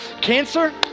Cancer